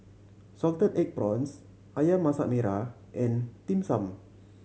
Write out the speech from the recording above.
salted egg prawns Ayam Masak Merah and Dim Sum